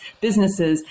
businesses